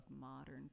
Modern